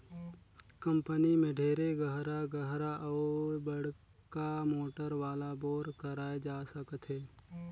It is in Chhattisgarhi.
कंपनी में ढेरे गहरा गहरा अउ बड़का मोटर वाला बोर कराए जा सकथे